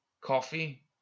Coffee